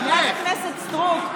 חברת הכנסת סטרוק.